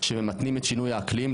שממתנים את שינוי האקלים,